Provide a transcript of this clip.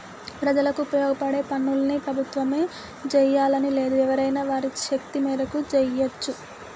ప్రజలకు ఉపయోగపడే పనుల్ని ప్రభుత్వమే జెయ్యాలని లేదు ఎవరైనా వారి శక్తి మేరకు జెయ్యచ్చు